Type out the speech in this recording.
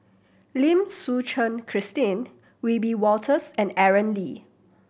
Lim Suchen Christine Wiebe Wolters and Aaron Lee